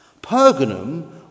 Pergamum